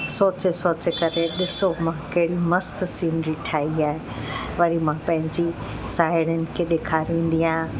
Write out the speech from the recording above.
सोचे सोचे करे ॾिसो मां कहिड़ी मस्तु सिनरी ठाही आहे वरी मां पंहिंजी साहिड़ियुनि खे ॾिखारींदी आहियां